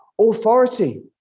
authority